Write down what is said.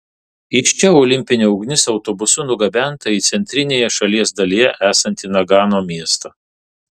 iš čia olimpinė ugnis autobusu nugabenta į centrinėje šalies dalyje esantį nagano miestą